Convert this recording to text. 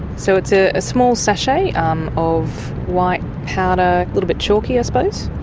so it's ah a small sachet um of white powder, a little bit chalky i suppose,